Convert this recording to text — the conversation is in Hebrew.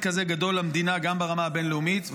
כזה גדול למדינה גם ברמה הבין-לאומית.